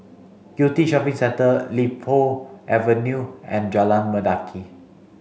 Yew Tee Shopping Centre Li Po Avenue and Jalan Mendaki